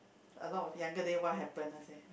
a lot of younger day what happen ah I say